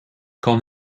kan